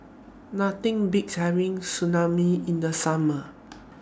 Nothing Beats having in The Summer